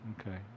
Okay